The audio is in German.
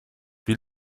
wie